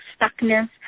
stuckness